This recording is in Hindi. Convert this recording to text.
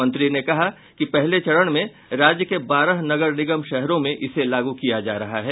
मंत्री ने कहा कि पहले चरण में राज्य के बारह नगर निगम शहरों में इसे लागू किया जा रहा है